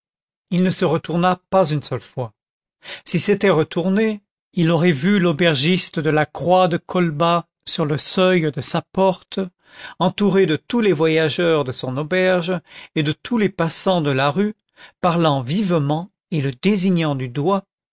il ne se retourna pas une seule fois s'il s'était retourné il aurait vu l'aubergiste de la croix de colbas sur le seuil de sa porte entouré de tous les voyageurs de son auberge et de tous les passants de la rue parlant vivement et le désignant du doigt